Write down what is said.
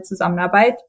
Zusammenarbeit